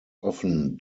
often